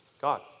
God